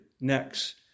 next